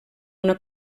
una